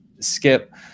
skip